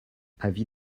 avis